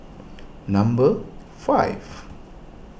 number five